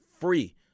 free